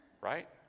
right